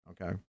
Okay